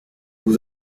vous